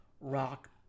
rock